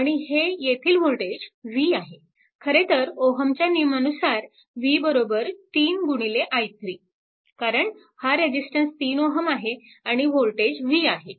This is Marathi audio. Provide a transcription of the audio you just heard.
आणि हे येथील वोल्टेज v आहे खरेतर ओहमच्या नियमानुसार v 3 i3 कारण हा रेजिस्टन्स 3 Ω आहे आणि वोल्टेज v आहे